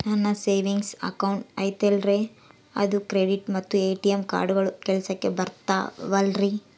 ನನ್ನ savings account ಐತಲ್ರೇ ಅದು ಕ್ರೆಡಿಟ್ ಮತ್ತ ಎ.ಟಿ.ಎಂ ಕಾರ್ಡುಗಳು ಕೆಲಸಕ್ಕೆ ಬರುತ್ತಾವಲ್ರಿ?